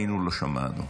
אין לא ראינו, לא שמענו.